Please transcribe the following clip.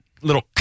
little